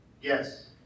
Yes